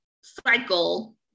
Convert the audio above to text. cycle